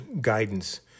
guidance